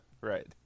Right